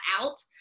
out